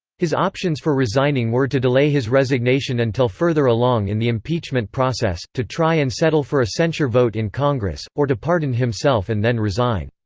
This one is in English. his options for resigning were to delay his resignation until further along in the impeachment process, to try and settle for a censure vote in congress, or to pardon himself and then resign.